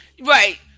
Right